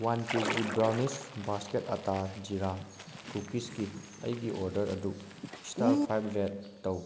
one KG ꯕ꯭ꯔꯥꯎꯟꯅꯤꯁ basket ꯑꯇꯥ ꯖꯤꯔꯥ ꯀꯨꯀꯤꯁꯀꯤ ꯑꯩꯒꯤ ꯑꯣꯔꯗꯔ ꯑꯗꯨ ꯏꯁꯇꯥꯔ ꯐꯥꯏꯚ ꯔꯦꯠ ꯇꯧ